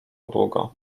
długo